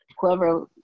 whoever